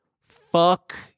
Fuck